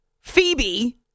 Phoebe